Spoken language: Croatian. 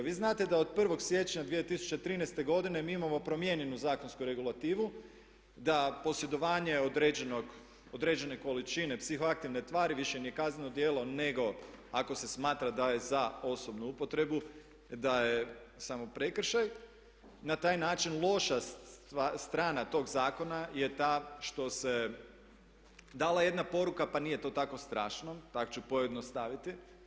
Vi znate da od 1. siječnja 2013. godine mi imamo promijenjenu zakonsku regulativu da posjedovanje određene količine psihoaktivne tvari više ni kazneno djelo nego ako se smatra da je za osobnu upotrebu da je samo prekršaj, na taj način loša strana tog zakona je ta što se dala jedna poruka pa nije to tako strašno, tako ću pojednostaviti.